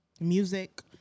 Music